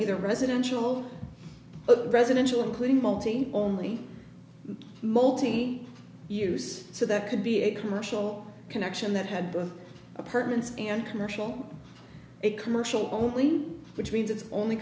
neither residential residential including multi only multi use so that could be a commercial connection that had both apartments and commercial commercial only which means it's only